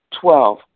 Twelve